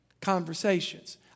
conversations